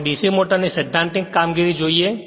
હવે DC motor ની સૈદ્ધાંતીક કામગીરી જોઈએ